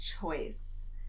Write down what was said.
choice